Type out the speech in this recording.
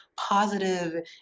Positive